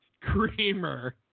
Creamer